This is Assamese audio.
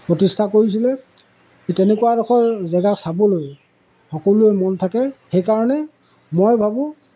প্ৰতিষ্ঠা কৰিছিলে তেনেকুৱা এডখৰ জেগা চাবলৈ সকলোৰে মন থাকে সেইকাৰণে মই ভাবোঁ